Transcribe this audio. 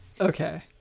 Okay